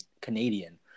Canadian